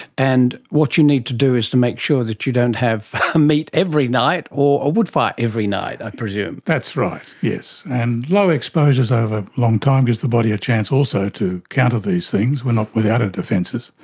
and what you need to do is to make sure that you don't have meat every night or a wood fire every night, i presume. that's right, yes, and low exposures over a long time gives the body a chance also to counter these things, we are not without our defences,